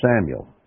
Samuel